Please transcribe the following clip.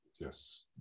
yes